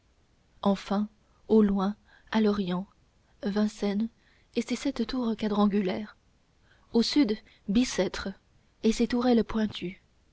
enfin au loin à l'orient vincennes et ses sept tours quadrangulaires au sud bicêtre et ses tourelles pointues